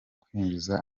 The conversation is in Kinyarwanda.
kwinjiza